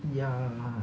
ya